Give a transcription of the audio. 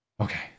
Okay